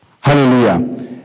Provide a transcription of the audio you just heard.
Hallelujah